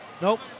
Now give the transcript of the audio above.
Nope